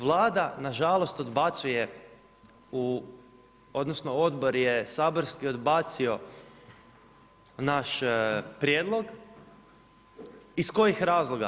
Vlada nažalost, odbacuje, odnosno, Odbor je saborski odbacio naš prijedlog iz kojih razloga?